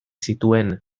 zituen